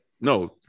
No